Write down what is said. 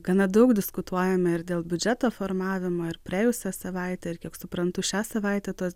gana daug diskutuojame ir dėl biudžeto formavimo ir praėjusią savaitę ir kiek suprantu šią savaitę tos